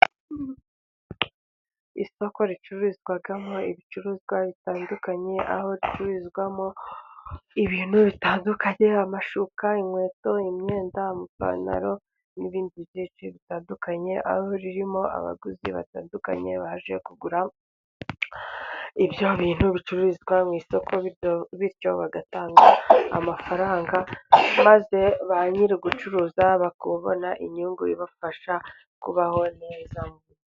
Isoko ricururizwamo ibicuruzwa bitandukanye, aho ricururizwamo ibintu bitandukanye amashuka, inkweto, imyenda, amapantaro n'ibindi byinshi bitandukanye aho ririmo abaguzi batandukanye baje kugura ibyo bintu bicururizwa mu isoko, bityo bagatanga amafaranga maze ba nyirugucuruza, bakabona inyungu ibafasha kubaho neza.